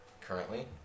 currently